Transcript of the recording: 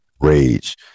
rage